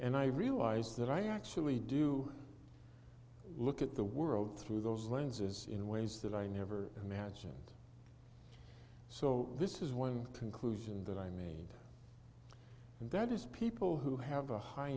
and i realize that i actually do look at the world through those lenses in ways that i never imagined so this is one conclusion that i made and that is people who have a high